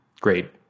great